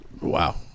Wow